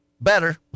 better